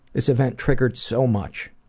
this event triggered so much.